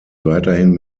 weiterhin